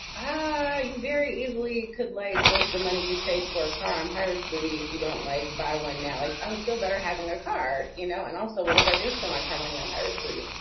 you very easily could, like, waste the money you saved for a car on pirate's booty if you don't like, buy one now. like i would feel better having a car, you know. and also, what if i do spend my car money on pirate's booty?